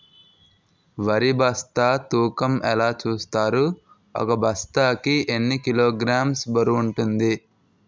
వరి బస్తా తూకం ఎలా చూస్తారు? ఒక బస్తా కి ఎన్ని కిలోగ్రామ్స్ బరువు వుంటుంది?